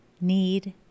need